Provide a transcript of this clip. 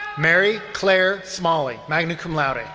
mary claire smally, magna cum laude.